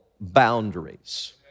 boundaries